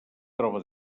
troba